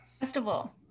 Festival